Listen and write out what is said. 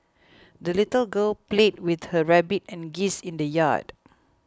the little girl played with her rabbit and geese in the yard